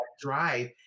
drive